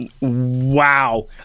Wow